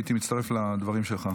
הייתי מצטרף לדברים שלך.